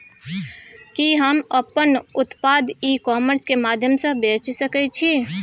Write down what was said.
कि हम अपन उत्पाद ई कॉमर्स के माध्यम से बेच सकै छी?